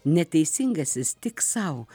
neteisingasis tik sau